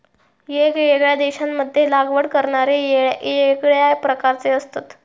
येगयेगळ्या देशांमध्ये लागवड करणारे येगळ्या प्रकारचे असतत